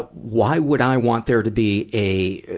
but why would i want there to be a,